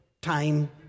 time